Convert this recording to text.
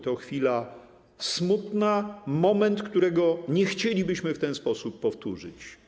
To chwila smutna, moment, którego nie chcielibyśmy w ten sposób powtórzyć.